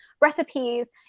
recipes